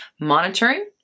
monitoring